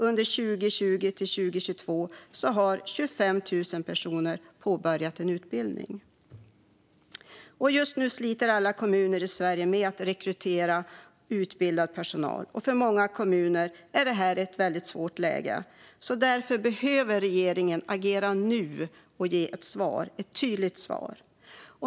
Under 2020-2022 har 25 000 personer påbörjat en utbildning. Just nu sliter alla kommuner i Sverige med att rekrytera utbildad personal. För många kommuner är det ett väldigt svårt läge. Därför behöver regeringen agera nu och ge ett svar - ett tydligt svar!